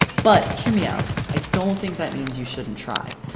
but hear me out! i don't think that means you shouldn't try.